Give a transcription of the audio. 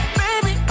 baby